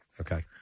Okay